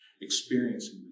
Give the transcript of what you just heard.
Experiencing